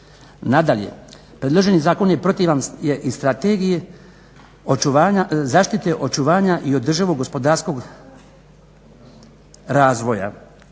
Nadalje, predloženi zakon protivan je i Strategiji zaštite, očuvanja i održivog gospodarskog razvoja.